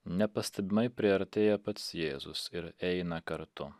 nepastebimai priartėja pats jėzus ir eina kartu